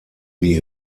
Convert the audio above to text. wie